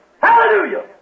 Hallelujah